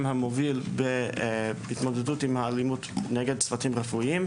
המוביל בהתמודדות עם האלימות נגד צוותים רפואיים.